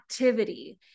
activity